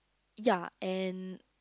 ya and